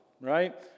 right